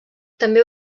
també